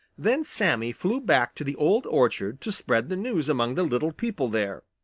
then sammy flew back to the old orchard to spread the news among the little people there.